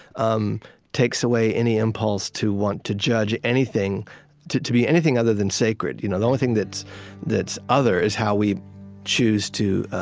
um takes away any impulse to want to judge anything to to be anything other than sacred. you know the only thing that's that's other is how we choose to